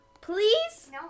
Please